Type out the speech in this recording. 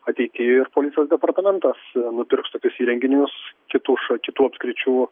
ateity ir policijos departamentas nupirks tokius įrenginius kitų ša kitų apskričių